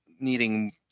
needing